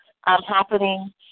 happening